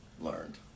learned